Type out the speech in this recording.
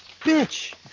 bitch